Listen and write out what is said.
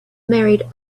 married